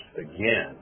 again